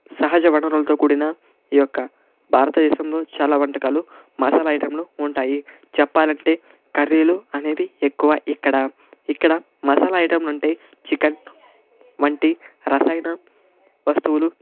సహజ వనరులతో కూడిన ఈ యొక్క భారత దేశంలో చాలా వంటకాలు మసాలా ఐటెంలు ఉంటాయి చెప్పాలంటే కర్రీలు అనేది ఎక్కువ ఇక్కడ ఇక్కడ మసాలా ఐటెం లంటే చికెన్ వంటి రసయన వస్తవులు